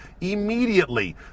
immediately